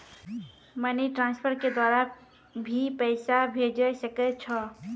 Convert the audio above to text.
Money transfer के द्वारा भी पैसा भेजै सकै छौ?